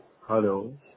Hello